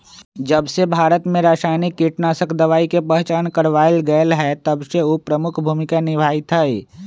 जबसे भारत में रसायनिक कीटनाशक दवाई के पहचान करावल गएल है तबसे उ प्रमुख भूमिका निभाई थई